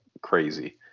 crazy